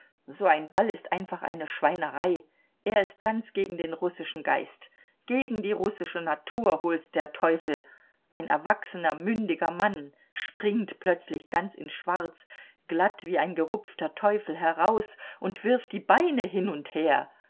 so ein ball ist einfach eine schweinerei er ist ganz gegen den russischen geist gegen die russische natur hol's der teufel ein erwachsener mündiger mann springt plötzlich ganz in schwarz glatt wie ein gerupfter teufel heraus und wirft die beine hin und her